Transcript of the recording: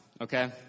okay